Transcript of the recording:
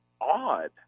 odd